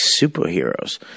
superheroes